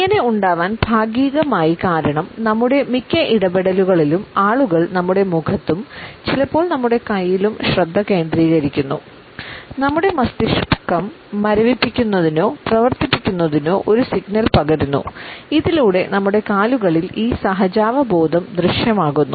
ഇങ്ങനെ ഉണ്ടാവാൻ ഭാഗികമായി കാരണം നമ്മുടെ മിക്ക ഇടപെടലുകളിലും ആളുകൾ നമ്മുടെ മുഖത്തും ചിലപ്പോൾ നമ്മുടെ കൈയിലും ശ്രദ്ധ കേന്ദ്രീകരിക്കുന്നു നമ്മുടെ മസ്തിഷ്കം മരവിപ്പിക്കുന്നതിനോ പ്രവർത്തിപ്പിക്കുന്നതിനോ ഒരു സിഗ്നൽ പകരുന്നു ഇതിലൂടെ നമ്മുടെ കാലുകളിൽ ഈ സഹജാവബോധം ദൃശ്യമാകുന്നു